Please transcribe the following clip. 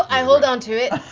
i hold onto it.